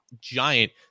giant